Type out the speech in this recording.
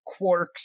quarks